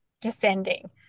descending